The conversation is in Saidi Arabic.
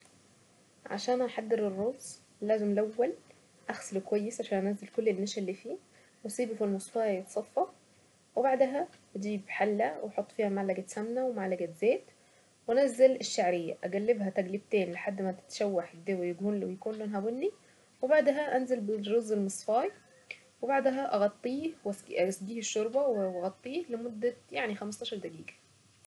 عشان نحضر الرز لازم الاول اغسله كويس عشان انزل كل النشا اللي فيه واسيبه في المصفاية يتصفى وبعدها اجيب حلة واحط فيها معلقة سمنة ومعلقة زيت وانزل الشعرية اقلبها تقليبتين لحد ما تتشوح كده ويكون لونها بني وبعدها انزل بالرز المصفاي وبعدها اغطيه واسيبيه بالشوربة واغطيه لمدة يعني خمسة عشر دقيقة.